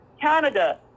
Canada